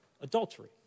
adultery